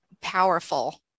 powerful